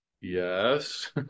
Yes